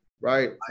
right